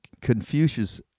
Confucius